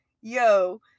Yo